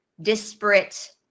disparate